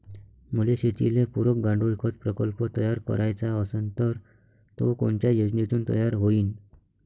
मले शेतीले पुरक गांडूळखत प्रकल्प तयार करायचा असन तर तो कोनच्या योजनेतून तयार होईन?